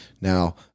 now